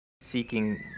seeking